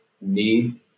need